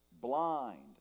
blind